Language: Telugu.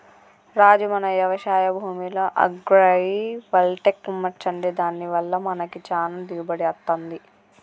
రాజు మన యవశాయ భూమిలో అగ్రైవల్టెక్ అమర్చండి దాని వల్ల మనకి చానా దిగుబడి అత్తంది